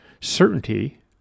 certainty